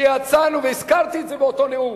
כשיצאנו, והזכרתי את זה באותו נאום,